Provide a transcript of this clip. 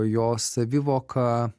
jos savivoką